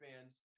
fans